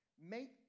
Make